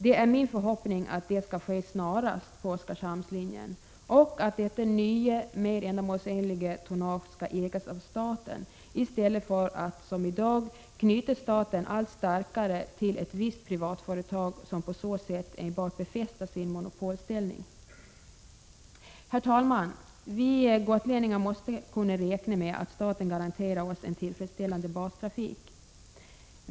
Det är min förhoppning att detta kommer att ske snarast på Oskarshamnslinjen och att detta nya, mer ändamålsenliga tonnage skall ägas av staten i stället för att man som i dag knyter staten allt starkare till ett visst privat företag, som på så sätt enbart befäster sin monopolställning. Herr talman! Vi gotlänningar måste kunna räkna med att staten garanterar oss en tillfredsställande bastrafik.